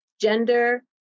Gender